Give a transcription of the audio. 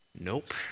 Nope